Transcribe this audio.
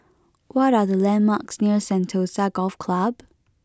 what are the landmarks near Sentosa Golf Club